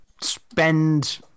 spend